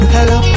Hello